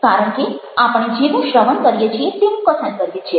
કારણ કે આપણે જેવું શ્રવણ કરીએ છીએ તેવું કથન કરીએ છીએ